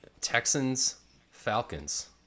Texans-Falcons